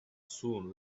soon